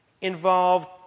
involved